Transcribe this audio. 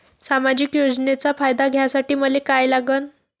सामाजिक योजनेचा फायदा घ्यासाठी मले काय लागन?